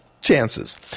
chances